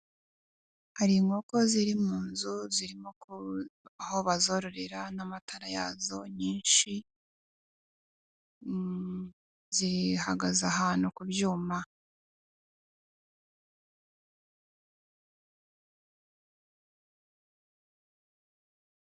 Hari inkoko ziri mu nzu zirimo aho bazororera n'amatara yazo nyinshi, zihagaze ahantu ku byuma.